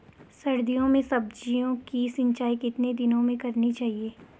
सर्दियों में सब्जियों की सिंचाई कितने दिनों में करनी चाहिए?